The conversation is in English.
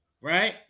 right